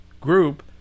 group